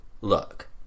look